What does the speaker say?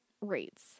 rates